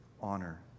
honor